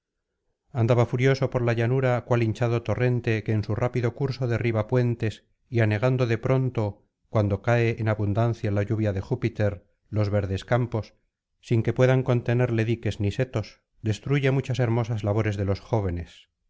andaba furioso por la llanura cual hinchado torrente que en su rápido curso derriba puentes y anegando de pronto cuando cae en abundancia la lluvia de júpiter los verdes campos sin que puedan contenerle diques ni setos destruye muchas hermosas labores de los jóvenes